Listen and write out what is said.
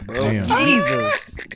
Jesus